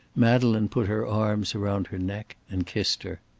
madeleine put her arms round her neck and kissed her.